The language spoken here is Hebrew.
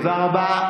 תודה רבה.